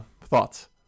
Thoughts